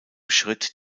schritt